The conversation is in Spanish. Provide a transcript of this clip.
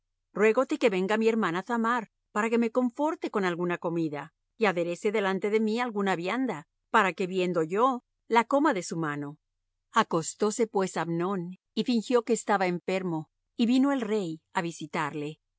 dile ruégote que venga mi hermana thamar para que me conforte con alguna comida y aderece delante de mí alguna vianda para que viendo yo la coma de su mano acostóse pues amnón y fingió que estaba enfermo y vino el rey á visitarle